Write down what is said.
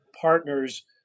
partners